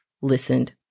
listened